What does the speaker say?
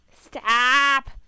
Stop